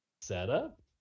setup